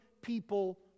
people